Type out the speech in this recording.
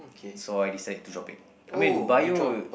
so I decide to drop it I mean Bio